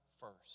first